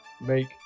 make